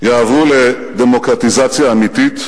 יעברו לדמוקרטיזציה אמיתית,